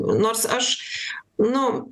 nors aš nu